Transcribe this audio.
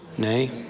nay.